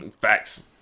Facts